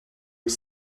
aux